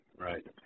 right